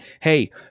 hey